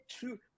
two